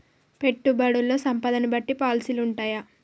పెట్టుబడుల్లో సంపదను బట్టి పాలసీలు ఉంటయా?